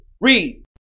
Read